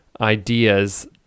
ideas